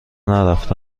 نرفته